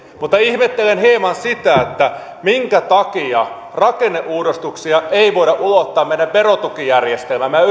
mutta ihmettelen hieman sitä minkä takia rakenneuudistuksia ei voida ulottaa muun muassa meidän verotukijärjestelmäämme ja